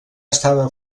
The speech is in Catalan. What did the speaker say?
estava